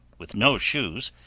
with no shoes,